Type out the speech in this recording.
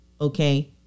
okay